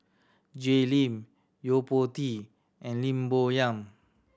Jay Lim Yo Po Tee and Lim Bo Yam